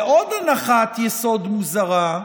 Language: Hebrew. ועוד הנחת יסוד מוזרה,